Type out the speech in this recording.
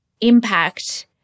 impact